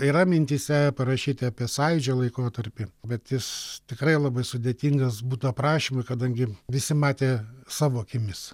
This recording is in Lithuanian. yra mintyse parašyti apie sąjūdžio laikotarpį bet jis tikrai labai sudėtingas būtų aprašymui kadangi visi matė savo akimis